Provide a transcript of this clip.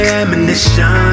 ammunition